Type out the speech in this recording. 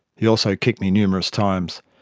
he also kicked me numerous times.